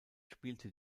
spielte